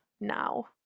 now